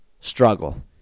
struggle